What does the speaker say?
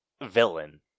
villain